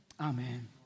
Amen